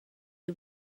you